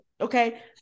Okay